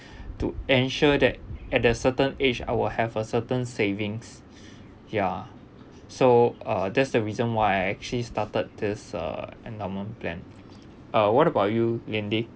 to ensure that at the certain age I will have a certain savings ya so uh that's the reason why I actually started this uh endowment plan uh what about you lindy